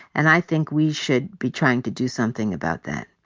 and i think we should be trying to do something about that.